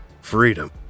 freedom